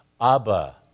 Abba